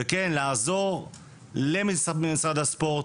לעזור דרך משרד הספורט,